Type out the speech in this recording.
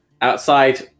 outside